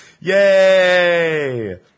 Yay